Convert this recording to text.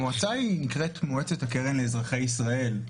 המועצה נקראת מועצת הקרן לאזרחי ישראל,